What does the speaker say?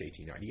1898